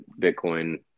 Bitcoin